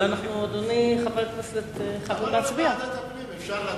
למה לא לוועדת הפנים, אפשר לדעת?